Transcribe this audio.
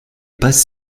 passe